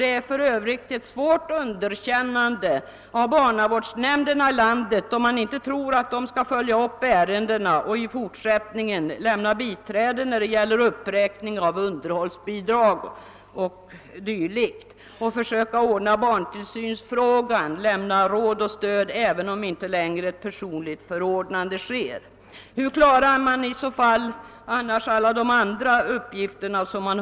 Det är för övrigt ett svårt underkännande av barnavårdsnämnderna i landet om man inte tror att de skall följa upp ärendena och i fortsättningen lämna biträde när det gäller uppräkning av underhållsbidrag och dylikt samt försöka ordna barntillsynsfrågan, lämna råd och stöd, även om inte längre ett personligt förordnande sker. Hur klarar man i så fall alla andra uppgifter?